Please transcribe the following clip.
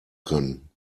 können